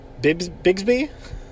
Bigsby